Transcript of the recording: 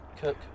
Cook